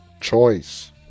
choice